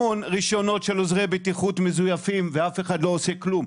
המון רישיונות של עוזרי בטיחות מזויפים ואף אחד לא עושה כלום,